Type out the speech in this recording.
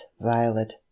violet